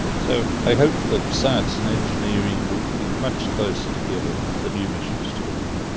so i hope that science and engineering will be much closer together on the new missions to the moon.